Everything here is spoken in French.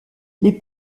les